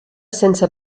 sense